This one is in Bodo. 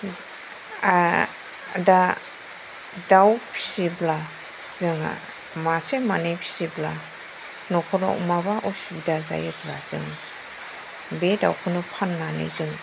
दा दाव फिसिब्ला जोंहा मासे मानै फिसिब्ला न'खराव माबा उसुबिदा जायोब्ला बे दावखौनो फाननानै जों